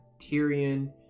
Tyrion